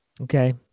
Okay